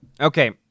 okay